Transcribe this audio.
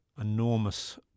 enormous